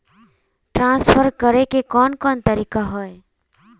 Transfer करे के कोन कोन तरीका होय है?